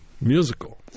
musical